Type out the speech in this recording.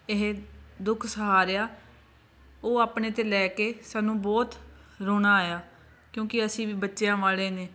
ਇਹ ਦੁੱਖ ਸਹਾਰਿਆ ਉਹ ਆਪਣੇ 'ਤੇ ਲੈ ਕੇ ਸਾਨੂੰ ਬਹੁਤ ਰੋਣਾ ਆਇਆ ਕਿਉਂਕਿ ਅਸੀਂ ਵੀ ਬੱਚਿਆਂ ਵਾਲੇ ਨੇ